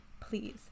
please